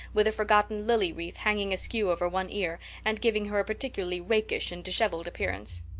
with a forgotten lily wreath hanging askew over one ear and giving her a particularly rakish and disheveled appearance.